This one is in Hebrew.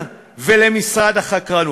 ולמשרד החקלאות?